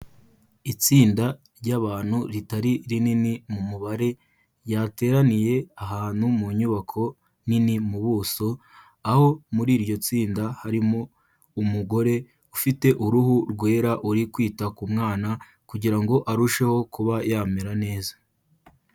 Itsinda ry'abantu ritari rinini mu mubare ryateraniye ahantu mu nyubako nini mu buso, aho muri iryo tsinda harimo umugore ufite uruhu rwera uri kwita ku mwana kugira ngo arusheho kuba yamera neza.